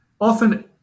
often